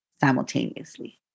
simultaneously